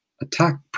attack